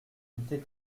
n’était